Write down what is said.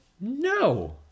no